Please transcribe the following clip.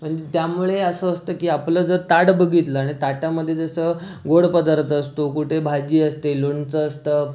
त्यामुळे असं असतं की आपलं जर ताट बघितलं आणि ताटामध्ये जसं गोड पदार्थ असतो कुठे भाजी असते लोणचं असतं